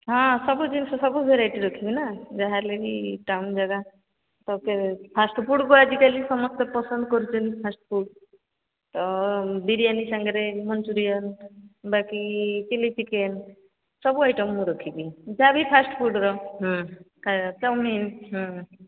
ହଁ ସବୁ ଜିନିଷ ସବୁ ଭେରାଇଟି ରଖିବି ନା ଯାହା ହେଲେ ବିି ଟାଉନ ଜାଗା ତ ଫାଷ୍ଟଫୁଡ଼କୁ ଆଜିକାଲି ସମସ୍ତେ ପସନ୍ଦ କରୁଛନ୍ତି ଫାଷ୍ଟଫୁଡ଼ ତ ବିରିୟାନୀ ସାଙ୍ଗରେ ମଞ୍ଚୁରିଆନ ବାକି ଚିଲ୍ଲୀ ଚିକେନ୍ ସବୁ ଆଇଟମ୍ ମୁଁ ରଖିବି ଯାହା ବିି ଫାଷ୍ଟଫୁଡ଼ର ଚାଓମିନ୍